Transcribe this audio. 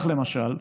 למשל,